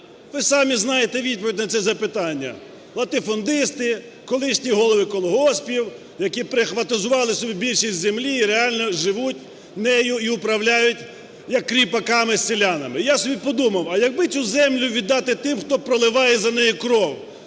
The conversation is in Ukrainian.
Ви самі знаєте відповідь на це запитання: латифундисти, колишні голови колгоспів, які прихватизували собі більшість землі і реально живуть нею і управляють як кріпаками селянами. І я собі подумав: "А якби цю землю віддати тим, хто проливає за неї кров?